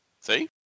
See